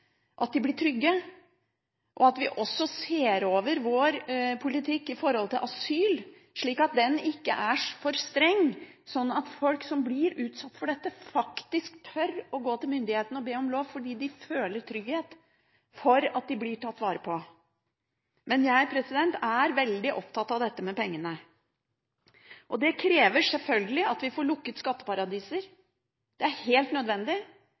at de tiltakene vi har på området, blir gjort permanente og trygge. Vi må også se på asylpolitikken vår, slik at den ikke er for streng, slik at folk som blir utsatt for dette, faktisk tør å gå til myndighetene og be om råd, fordi de føler trygghet for at de blir tatt vare på. Men jeg er veldig opptatt av dette med pengene. Det krever selvfølgelig at vi får lukket skatteparadiser. Det er helt nødvendig.